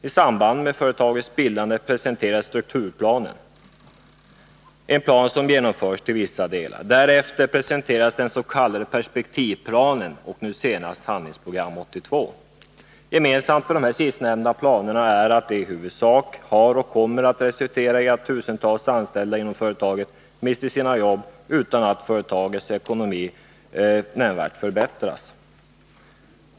I samband med företagets bildande presenterades strukturplanen, en plan som genomförts till vissa delar. Därefter presenterades den s.k. perspektivplanen och nu senast Handlingsprogram 82. Gemensamt för de sistnämnda planerna är att de i huvudsak resulterar i att tusentals anställda inom företaget mister sina jobb utan att företagets ekonomi nämnvärt förbättras.